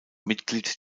mitglied